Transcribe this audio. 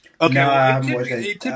okay